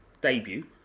debut